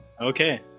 Okay